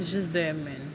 it's just them man